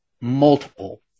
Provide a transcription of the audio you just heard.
multiple